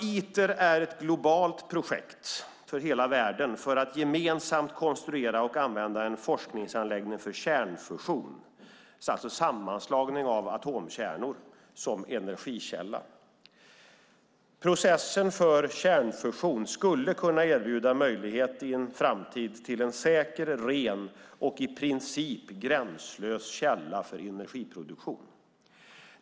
Iter är ett globalt projekt för att gemensamt konstruera och använda en forskningsanläggning för kärnfusion - det vill säga sammanslagning av atomkärnor - som energikälla. Processen för kärnfusion skulle i framtiden kunna erbjuda möjlighet till en säker, ren och i princip gränslös källa för energiproduktion.